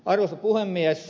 arvoisa puhemies